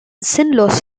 sinnlos